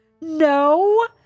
No